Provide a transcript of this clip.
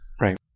Right